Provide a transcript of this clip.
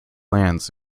lands